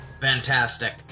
Fantastic